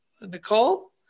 Nicole